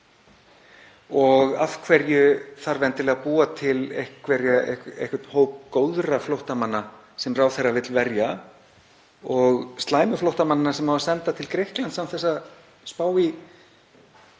Og af hverju þarf endilega að búa til einhvern hóp góðra flóttamanna sem ráðherra vill verja og slæmu flóttamannanna sem á að senda til Grikklands án þess að spá í